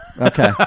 Okay